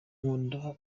nkunda